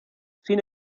sin